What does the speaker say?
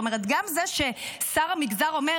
זאת אומרת גם זה ששר המגזר אומר: